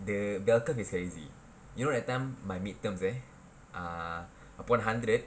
the bell curve is crazy you know that time my mid terms eh ah upon hundred